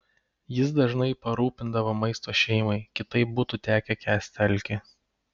jis dažnai parūpindavo maisto šeimai kitaip būtų tekę kęsti alkį